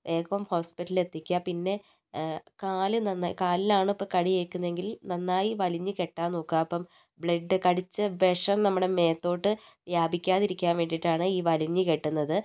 വേഗം ഹോസ്പിറ്റലിൽ എത്തിക്കുക പിന്നെ കാല് നന്നായി കാലിലാണ് ഇപ്പോൾ കടി ഏൽക്കുന്നെങ്കിൽ നന്നായി വലിഞ്ഞു കെട്ടാൻ നോക്കുക അപ്പം ബ്ലഡ്ഡ് കടിച്ച വിഷം നമ്മുടെ മേത്തോട്ട് വ്യാപിക്കാതിരിക്കാൻ വേണ്ടിയിട്ടാണ് ഈ വലിഞ്ഞു കെട്ടുന്നത്